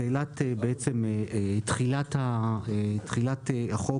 שאלת תחילת החוק,